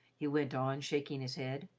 he went on, shaking his head,